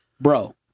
Bro